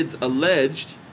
alleged